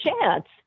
chance